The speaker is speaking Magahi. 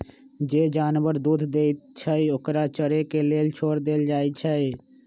जे जानवर दूध देई छई ओकरा चरे के लेल छोर देल जाई छई